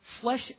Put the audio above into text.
flesh